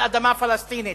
על אדמה פלסטינית,